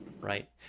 Right